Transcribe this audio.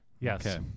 Yes